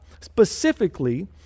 specifically